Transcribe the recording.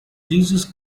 jesus